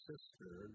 sister